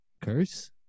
curse